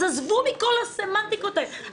אז עזבו מכל הסמנטיקה הזו,